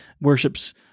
worships